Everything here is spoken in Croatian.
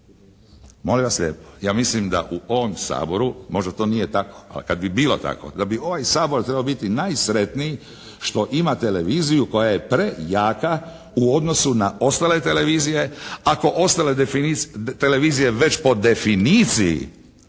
Molim vas lijepo, ja mislim da u ovom Saboru možda to nije tako, ali kada bi bilo tako onda bi ovaj Sabor trebao biti najsretniji što ima televiziju koja je prejaka u odnosu na ostale televizije ako ostale televizije već po definiciji